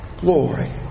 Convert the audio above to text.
glory